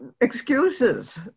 excuses